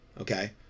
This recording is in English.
okay